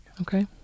Okay